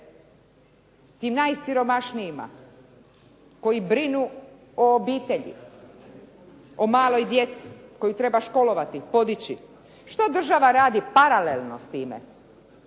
tim najsiromašnijima koji brinu o obitelji, o maloj djeci koju treba školovati, podići. Što država radi paralelno s time?